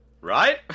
Right